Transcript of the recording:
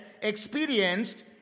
experienced